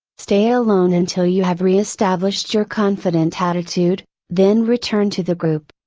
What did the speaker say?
stay alone until you have reestablished your confident attitude, then return to the group.